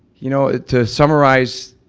you know to summarize